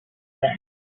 them